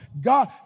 God